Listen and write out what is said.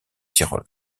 tyrol